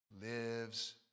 lives